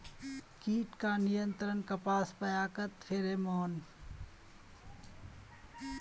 कीट का नियंत्रण कपास पयाकत फेरोमोन?